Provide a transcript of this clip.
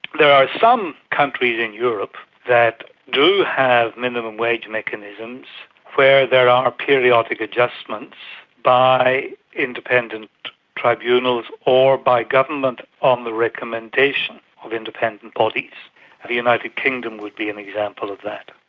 there are some countries in europe that do have minimum wage mechanisms where there are periodic adjustments by independent tribunals or by government on the recommendation of independent bodies, and the united kingdom would be an example of that.